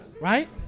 right